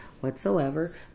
whatsoever